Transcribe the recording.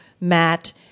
Matt